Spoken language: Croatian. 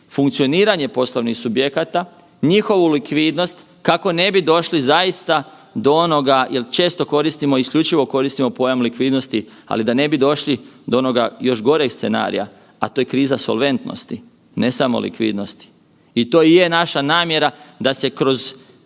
funkcioniranje poslovnih subjekata, njihovu likvidnost kako ne bi došli zaista do onoga jel često koristimo i isključivo koristimo pojam likvidnosti, ali da ne bi došli do onoga još goreg scenarija, a to je kriza solventnosti, ne samo likvidnosti. I to i je naša namjera da se kroz